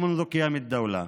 מאז קום המדינה.